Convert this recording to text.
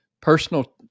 personal